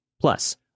Plus